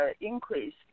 increase